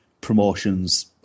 promotions